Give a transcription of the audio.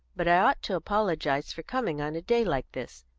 but i ought to apologise for coming on a day like this,